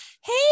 hey